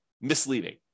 misleading